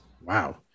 wow